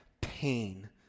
pain